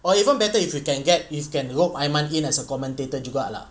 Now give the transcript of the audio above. or even better if we can get we can rope aiman in as a commentator juga lah